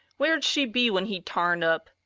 where'd she be when he tarned up?